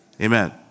Amen